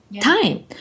Time